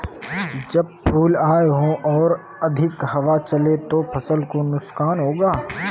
जब फूल आए हों और अधिक हवा चले तो फसल को नुकसान होगा?